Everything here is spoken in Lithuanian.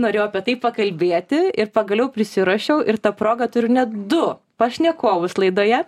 norėjau apie tai pakalbėti ir pagaliau prisiruošiau ir ta proga turiu net du pašnekovus laidoje